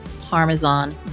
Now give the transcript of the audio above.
Parmesan